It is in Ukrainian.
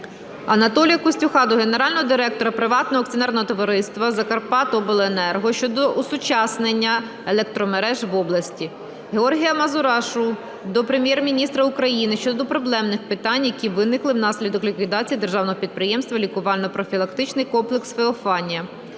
Анатолія Костюха до генерального директора Приватного акціонерного товариства "Закарпаттяобленерго" щодо осучаснення електромереж в області. Георгія Мазурашу до Прем'єр-міністра України щодо проблемних питань, які виникли внаслідок ліквідації державного підприємства "Лікувально-профілактичний комплекс "Феофанія".